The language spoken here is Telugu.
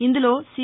ఇందులో సీ